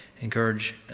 encourage